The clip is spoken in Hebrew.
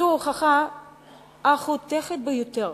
זו ההוכחה החותכת ביותר